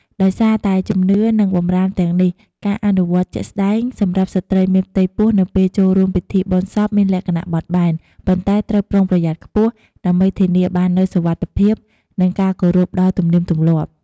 ដោយសារតែជំនឿ និងបម្រាមទាំងនេះ ការអនុវត្តជាក់ស្ដែងសម្រាប់ស្ត្រីមានផ្ទៃពោះនៅពេលចូលរួមពិធីបុណ្យសពមានលក្ខណៈបត់បែន ប៉ុន្តែត្រូវប្រុងប្រយ័ត្នខ្ពស់ ដើម្បីធានាបាននូវសុវត្ថិភាព និងការគោរពដល់ទំនៀមទម្លាប់។